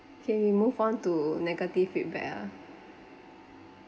K we move on to negative feedback ah